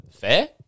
fair